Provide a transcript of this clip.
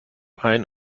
ein